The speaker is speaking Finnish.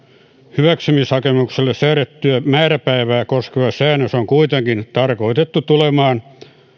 hyväksymishakemukselle säädettyä määräpäivää koskeva säännös on kuitenkin tarkoitettu tulemaan